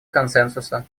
консенсуса